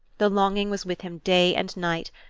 the longing was with him day and night,